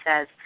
says